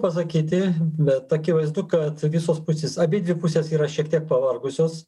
pasakyti bet akivaizdu kad visos pusės abidvi pusės yra šiek tiek pavargusios